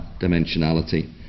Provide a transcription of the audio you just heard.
dimensionality